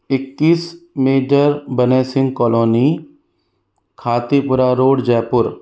इक्कीस मीटर बने Singh colony Khatipura road Jaipur